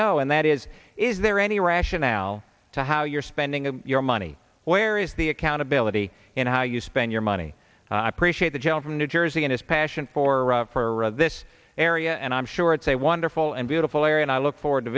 know and that is is there any rationale to how you're spending your money where is the accountability in how you spend your money i appreciate the jails in new jersey and his passion for this area and i'm sure it's a wonderful and beautiful area and i look forward to